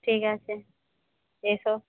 ঠিক আছে এসো